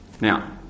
Now